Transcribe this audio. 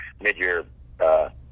mid-year